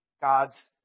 God's